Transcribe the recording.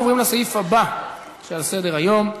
אנחנו עוברים לסעיף הבא שעל סדר-היום: